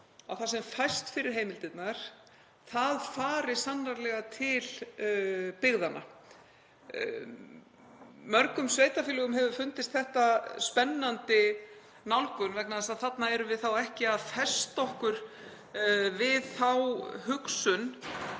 að það sem fæst fyrir heimildirnar fari sannarlega til byggðanna. Mörgum sveitarfélögum hefur fundist þetta spennandi nálgun vegna þess að þarna erum við þá ekki að festa okkur við þá hugsun